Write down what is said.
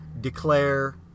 declare